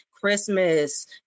Christmas